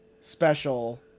special